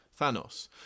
Thanos